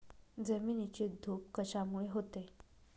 जमिनीची धूप कशामुळे होते?